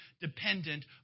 dependent